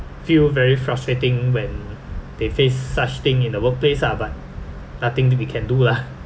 feel very frustrating when they face such thing in the workplace ah but nothing to we can do lah